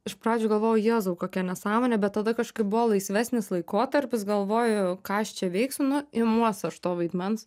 iš pradžių galvojau jėzau kokia nesąmonė bet tada kažkaip buvo laisvesnis laikotarpis galvojau ką aš čia veiksiu nu imuos aš to vaidmens